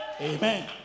Amen